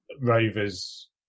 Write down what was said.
Rovers